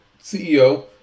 CEO